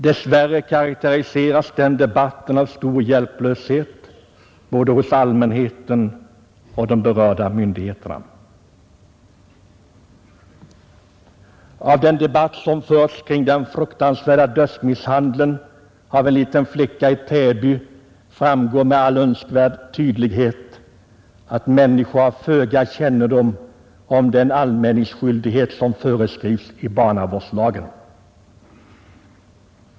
Dess värre karakteriseras den debatten av stor hjälplöshet både hos allmänheten och hos de berörda myndigheterna. Av den debatt som förts kring den fruktansvärda dödsmisshandeln av en liten flicka i Täby framgår med all önskvärd tydlighet att människor har föga kännedom om den anmälningsskyldighet som föreskrivs i barnavårdslagen.